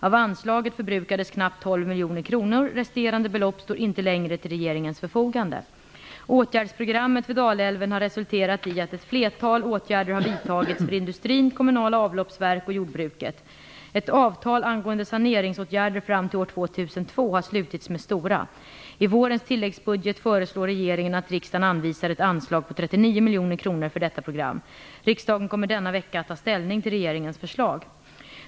Av anslaget förbrukades knappt 12 miljoner kronor; resterade belopp står inte längre till regeringens förfogande. Åtgärdsprogrammet för Dalälven har resulterat i att ett flertal åtgärder har vidtagits för industrin, kommunala avloppsverk och jordbruket. Ett avtal angående saneringsåtgärder fram till år 2002 har slutits med Stora. I vårens tilläggsbudget föreslår regeringen att riksdagen anvisar ett anslag på 39 miljoner kronor för detta program. Riksdagen kommer denna vecka att ta ställning till regeringens förslag.